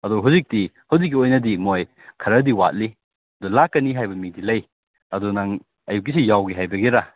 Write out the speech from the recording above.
ꯑꯗꯣ ꯍꯧꯖꯤꯛꯇꯤ ꯍꯧꯖꯤꯛꯀꯤ ꯑꯣꯏꯅꯗꯤ ꯃꯣꯏ ꯈꯔꯗꯤ ꯋꯥꯠꯂꯤ ꯑꯗꯣ ꯂꯥꯛꯀꯅꯤ ꯍꯥꯏꯕ ꯃꯤꯗꯤ ꯂꯩ ꯑꯗꯨ ꯅꯪ ꯑꯌꯨꯛꯀꯤꯁꯤ ꯌꯥꯎꯒꯦ ꯍꯥꯏꯕꯒꯤꯔꯥ